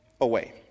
away